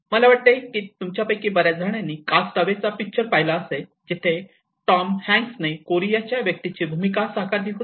मला वाटते की तुमच्यापैकी बर्याचजणांनी कास्ट अवेचा पिक्चर पाहिला असेल जिथे टॉम हॅन्क्सने कोरियाच्या व्यक्तीची भूमिका साकारली होती